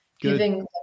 giving